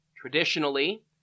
Traditionally